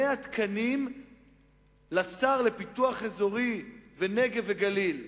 100 תקנים לשר לפיתוח אזורי והנגב והגליל.